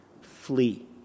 Flee